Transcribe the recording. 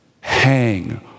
hang